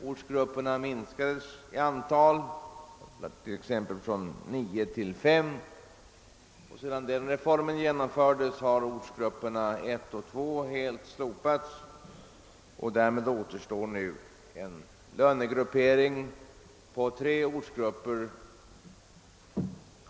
Ortsgrupperna har minskats i antal från nio till fem, och sedan den reformen genomfördes har ortsgrupperna 1 och 2 helt slopats. Därmed återstår nu en lönegruppering i tre ortsgrupper.